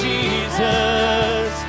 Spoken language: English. Jesus